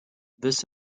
this